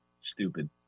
stupid